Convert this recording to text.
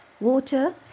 Water